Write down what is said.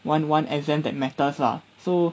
one one exam that matters lah so